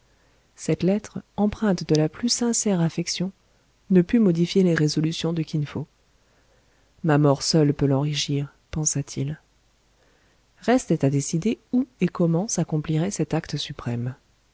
cette lettre empreinte de la plus sincère affection ne put modifier les résolutions de kin fo ma mort seule peut l'enrichir pensa-t-il restait à décider où et comment s'accomplirait cet acte suprême